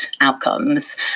outcomes